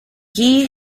ghee